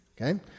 Okay